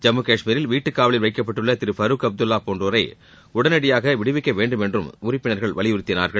ஜம்மு காஷ்மீரில் வீட்டுக் காவலில் வைக்கப்பட்டுள்ள திரு ஃபரூக் அப்துல்லா போன்றோரை உடனடியாக விடுவிக்க வேண்டும் என்றும் உறுப்பினர்கள் வலியுறுத்தினார்கள்